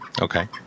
Okay